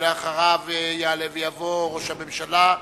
אחריו יעלה ויבוא ראש הממשלה,